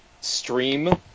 stream